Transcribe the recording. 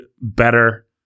better